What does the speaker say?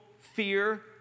fear